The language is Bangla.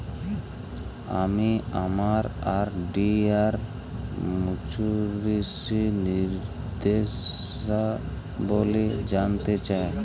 আমি আমার আর.ডি এর মাচুরিটি নির্দেশাবলী জানতে চাই